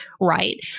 right